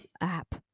app